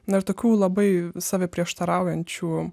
na ir tokių labai save prieštaraujančių